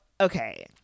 okay